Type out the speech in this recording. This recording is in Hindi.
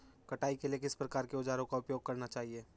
कटाई के लिए किस प्रकार के औज़ारों का उपयोग करना चाहिए?